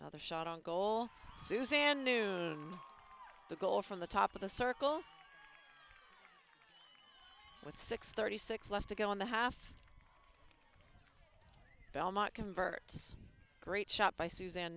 another shot on goal suzanne noon the goal from the top of the circle with six thirty six left to go in the half belmont converts great shot by suzanne